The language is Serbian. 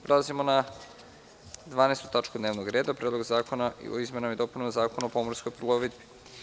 Prelazimo na 12. tačku dnevnog reda – PREDLOG ZAKONA O IZMENAMA I DOPUNAMA ZAKONA O POMORSKOJ PLOVIDBI.